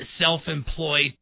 self-employed